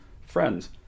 Friends